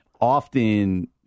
often